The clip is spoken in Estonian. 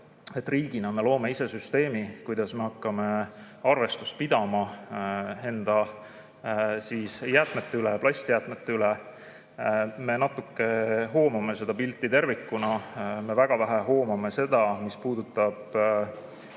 riigina me loome ise süsteemi, kuidas me hakkame arvestust pidama enda jäätmete üle, ka plastjäätmete üle. Me natuke hoomame seda pilti tervikuna, aga me väga vähe hoomame seda, mis puudutab